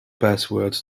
passwords